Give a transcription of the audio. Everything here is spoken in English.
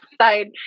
side